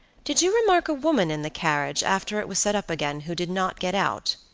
did you remark a woman in the carriage, after it was set up again, who did not get out,